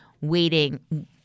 waiting